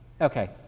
Okay